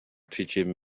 teaching